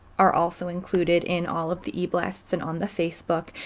are also included in all of the eblasts and on the facebook.